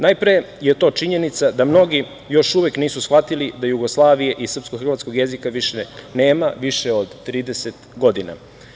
Najpre je to činjenica da mnogi još uvek nisu shvatili da Jugoslavije i srpsko-hrvatskog jezika više nema, više od 30 godina.